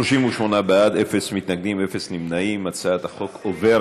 ההצעה להעביר את הצעת חוק נכסים של נספי השואה